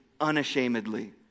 unashamedly